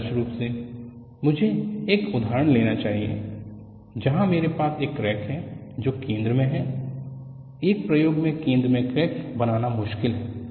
आदर्श रूप से मुझे एक उदाहरण लेना चाहिए जहां मेरे पास एक क्रैक है जो केंद्र में है एक प्रयोग में केंद्र में क्रैक बनाना मुश्किल है